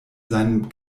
seinem